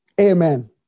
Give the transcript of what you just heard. Amen